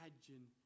imagine